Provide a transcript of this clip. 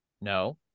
No